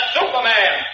Superman